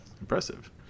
Impressive